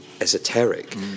esoteric